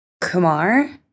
Kumar